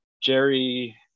Jerry